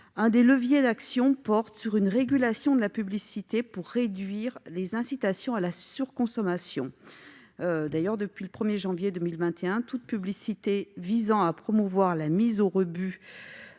L'un des leviers d'action serait la régulation de la publicité : il s'agirait de réduire les incitations à la surconsommation. D'ailleurs, depuis le 1 janvier 2021, toute publicité visant à promouvoir la mise au rebut